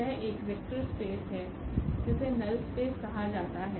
यह एक vector space है जिसे नल स्पेस कहा जाता है